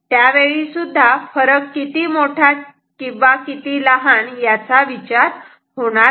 त्यावेळी फरक किती मोठा आणि किती लहान याचा विचार होणार नाही